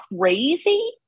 crazy